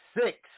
six